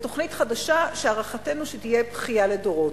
לתוכנית חדשה שלהערכתנו תהיה בכייה לדורות.